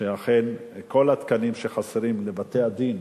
שכל התקנים שחסרים בבתי-הדין